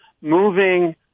moving